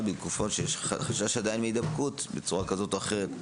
בתקופות שיש חשש עדיין מהידבקות בצורה כזו או אחרת.